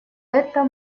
этом